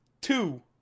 two